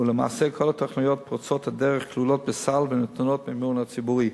ולמעשה כל הטכנולוגיות פורצות הדרך כלולות בסל וניתנות במימון ציבורי.